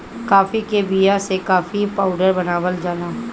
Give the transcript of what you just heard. काफी के बिया से काफी पाउडर बनावल जाला